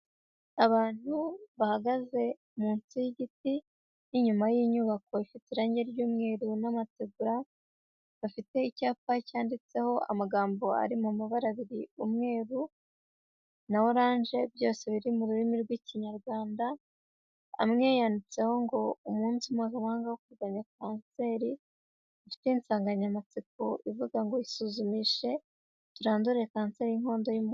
Abantu bahagaze munsi y'igiti n'inyuma y'inyubako ifite irangi ry'umweru n'amategura, bafite icyapa cyanditseho amagambo ari mu mu mabara abiri umweru na oranje, byose biri mu rurimi rw'Ikinyarwanda, amwe yanyanditseho ngo umunsi mpuzamahanga wo kurwanya kanseri, ifite insanganyamatsiko ivuga ngo isuzumishe turandure Kanseri y'Inkondo y'umura.